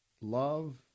love